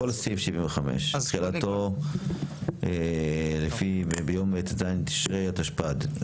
כל סעיף 75. ביום ט"ז תשרי התשפ"ד.